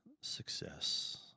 success